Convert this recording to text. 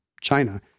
China